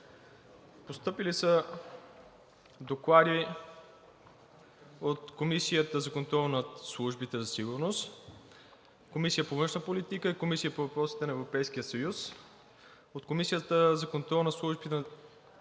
Постъпили са доклади от Комисията за контрол над службите за сигурност, Комисията по външна политика и Комисията по въпросите на Европейския съюз. От Комисията за контрол над службите